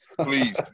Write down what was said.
Please